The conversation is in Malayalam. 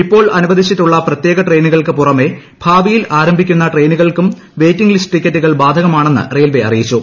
ഇപ്പോൾ അനുവദിച്ചിട്ടുള്ള പ്രത്യേക ട്രെയിനുകൾക്കു പുറമേ ഭാവിയിൽ ആരംഭിക്കുന്ന ട്രെയിനുകൾക്കും വെയിറ്റിംഗ് ലിസ്റ്റ് ടിക്കറ്റുകൾ ബാധകമാണെന്ന് റെയിൽവേ അറിയിച്ചു